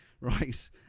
right